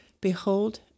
Behold